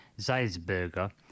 Zeisberger